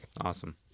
Awesome